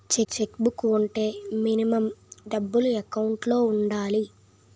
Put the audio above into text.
Check book వుంటే minimum డబ్బులు account లో ఉండాలి?